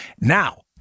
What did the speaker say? now